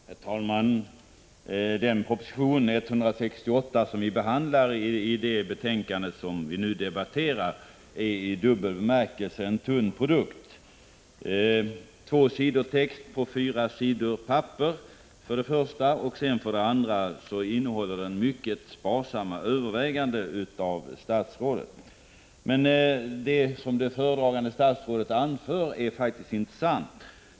Herr talman! Den proposition 168 som behandlas i det betänkande vi nu debatterar är i dubbel bemärkelse en tunn produkt. För det första är det två sidor text på fyra sidor papper, och för det andra innehåller propositionen mycket sparsamma överväganden av statsrådet. Det som föredragande statsrådet anför är emellertid intressant.